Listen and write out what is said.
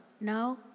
no